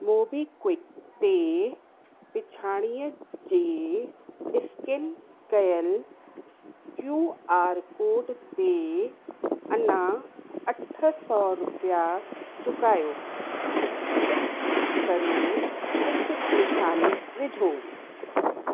MobiKwik ते पिछाड़ीअ जे स्कैन कयल क्यूआर कोड ते अना अठ सौ रुपया चुकायो टिप करे हिकु निशानी विझो